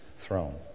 throne